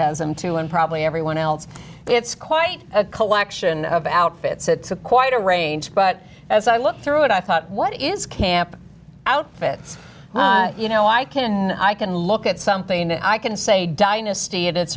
has them too and probably everyone else it's quite a collection of outfits it's a quite a range but as i looked through it i thought what is camp out fits you know i can i can look at something and i can say dynasty it it's